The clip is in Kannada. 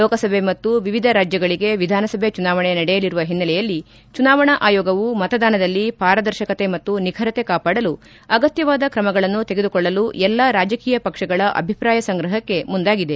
ಲೋಕಸಭೆ ಮತ್ತು ವಿವಿಧ ರಾಜ್ಯಗಳಿಗೆ ವಿಧಾನಸಭೆ ಚುನಾವಣೆ ನಡೆಯಲಿರುವ ಹಿನ್ನೆಲೆಯಲ್ಲಿ ಚುನಾವಣಾ ಆಯೋಗವು ಮತದಾನದಲ್ಲಿ ಪಾರದರ್ಶಕತೆ ಮತ್ತು ನಿಖರತೆ ಕಾಪಾಡಲು ಅಗತ್ಲವಾದ ಕ್ರಮಗಳನ್ನು ತೆಗೆದುಕೊಳ್ಳಲು ಎಲ್ಲಾ ರಾಜಕೀಯ ಪಕ್ಷಗಳ ಅಭಿಪ್ರಾಯ ಸಂಗ್ರಹಕ್ಕೆ ಮುಂದಾಗಿದೆ